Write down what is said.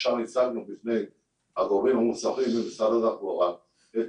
ושם הצגנו בפני הגורמים המוסמכים במשרד התחבורה את